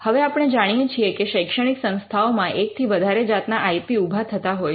હવે આપણે જાણીએ છીએ કે શૈક્ષણિક સંસ્થાઓ માં એકથી વધારે જાતના આઇ પી ઊભા થતાં હોય છે